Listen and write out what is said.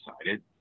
excited